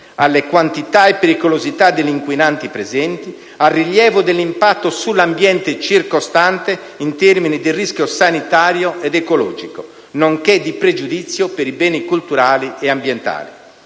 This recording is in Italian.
alle quantità e pericolosità degli inquinanti presenti, al rilievo dell'impatto sull'ambiente circostante in termini di rischio sanitario ed ecologico, nonché di pregiudizio per i beni culturali ed ambientali.